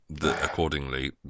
accordingly